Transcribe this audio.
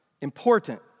important